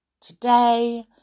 today